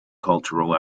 cultural